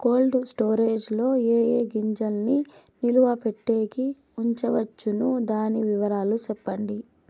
Cold storage లో ఏ ఏ గింజల్ని నిలువ పెట్టేకి ఉంచవచ్చును? దాని వివరాలు సెప్పండి?